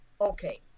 okay